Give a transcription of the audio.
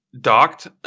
docked